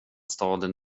staden